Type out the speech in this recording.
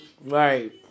Right